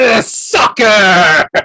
Sucker